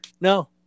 No